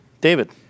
David